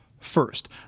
First